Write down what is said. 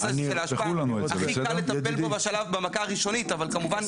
של האשפה הכי קל לטפל בו במכה הראשונית אבל כמובן